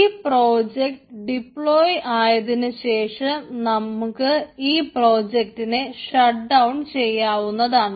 ഈ project deploy ആയതിനുശേഷം നമുക്ക് ഈ പ്രോജക്ടിനെ ഷട്ട് ഡൌൺ ചെയ്യാവുന്നതാണ്